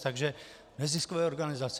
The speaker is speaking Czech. Takže neziskové organizace.